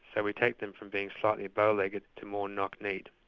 and we take them from being slightly bow legged to more knock kneed.